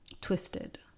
twisted